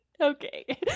Okay